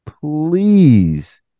please